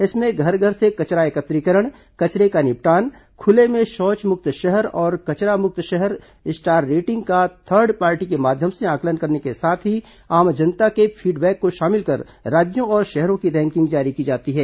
इसमें घर घर से कचरा एकत्रीकरण कचरे का निपटान खुले में शौचमुक्त शहर और कचरा मुक्त शहर स्टार रेटिंग का थर्ड पार्टी के माध्यम से आंकलन करने के साथ ही आम जनता के फीडबैक को शामिल कर राज्यों और शहरों की रैंकिंग जारी की जाती है